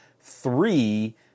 three